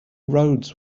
roads